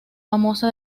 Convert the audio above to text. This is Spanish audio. famosa